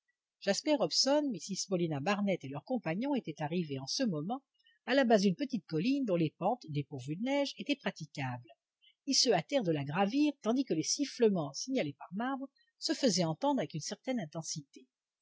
jasper hobson mrs paulina barnett et leurs compagnons étaient arrivés en ce moment à la base d'une petite colline dont les pentes dépourvues de neige étaient praticables ils se hâtèrent de la gravir tandis que les sifflements signalés par marbre se faisaient entendre avec une certaine intensité